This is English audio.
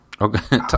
Okay